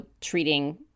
treating